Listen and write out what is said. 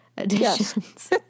editions